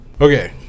Okay